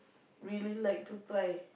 really like to try